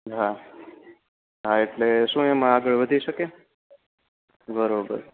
ના એટલે શું એમાં આગળ વધી શકે બરોબર